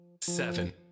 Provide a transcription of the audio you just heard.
seven